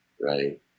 right